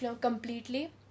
completely